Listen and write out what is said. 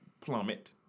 plummet